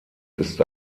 ist